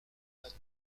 vingt